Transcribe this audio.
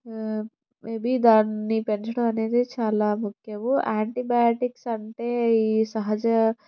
may be దాన్ని పెంచడం అనేది చాలా ముఖ్యము యాంటీబయాటిక్స్ అంటే ఈ సహజ